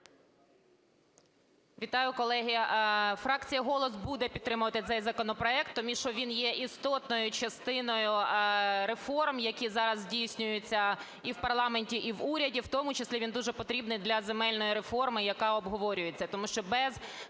Вітаю, колеги. Фракція "Голос" буде підтримувати цей законопроект, тому що він є істотною частиною реформ, які зараз здійснюються і в парламенті і в уряді. В тому числі він дуже потрібний для земельної реформи, яка обговорюється.